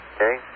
Okay